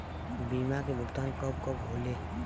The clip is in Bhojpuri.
बीमा के भुगतान कब कब होले?